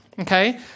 Okay